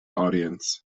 audience